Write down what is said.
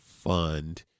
fund